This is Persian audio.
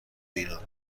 ایران